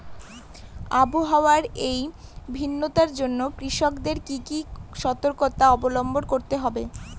আবহাওয়ার এই ভিন্নতার জন্য কৃষকদের কি কি সর্তকতা অবলম্বন করতে হবে?